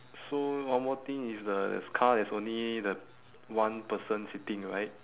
so one more thing is the this car is only the one person sitting right